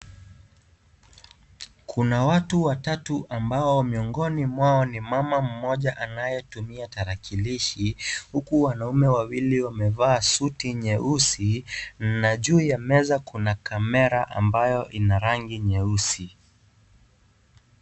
Kuna watu watatu ambao miongoni mwao kuna mama mmoja anayetumia tarakilishi huku wamaume wawili wamevaa suti nyeusi na juu ya meza kuna kamera ambayo ina rangi nyeusi.